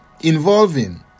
involving